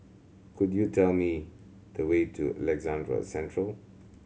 could you tell me the way to Alexandra Central